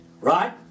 Right